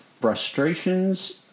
frustrations